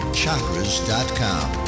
chakras.com